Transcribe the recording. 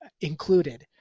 included